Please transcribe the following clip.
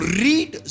read